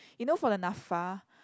you know for the Napfa